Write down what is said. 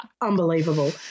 unbelievable